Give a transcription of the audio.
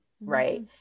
right